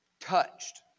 touched